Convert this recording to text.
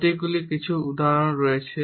প্রতীকগুলির কিছু উদাহরণ রয়েছে